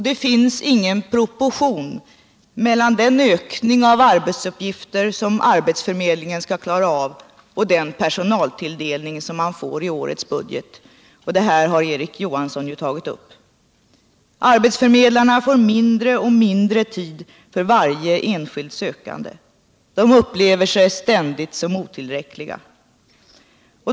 Det finns ingen proportion mellan den ökning av arbetsuppgifter som arbetsförmedlingen skall klara av och den personaltilldelning som man får i årets budget. Detta har Erik Johansson i Simrishamn tagit upp i sitt anförande. Arbetsförmedlarna får mindre och mindre tid för varje enskild sökande. De upplever sig ständigt som otillräckliga.